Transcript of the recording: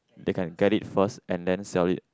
they can get it first and then sell it